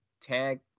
tag